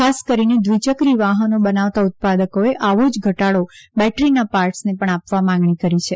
ખાસ કરીને દ્વિચક્રી વાહનો બનાવતા ઉત્પાદકોએ આવો જ ઘટાડો બેટરીના પાર્ટસને પણ આપવા માંગણી કરી છે